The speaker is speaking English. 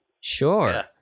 Sure